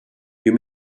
you